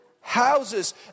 houses